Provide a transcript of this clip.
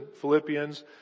Philippians